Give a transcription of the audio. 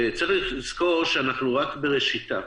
צריך לזכור שאנחנו רק בראשיתה,